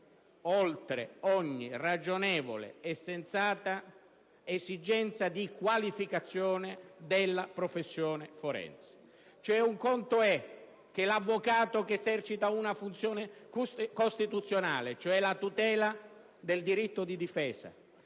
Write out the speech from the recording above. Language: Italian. oltre ogni ragionevole e sensata esigenza di qualificazione della professione forense. Un conto è infatti che l'avvocato, che esercita una funzione costituzionale, cioè la tutela del diritto alla difesa,